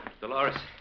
Dolores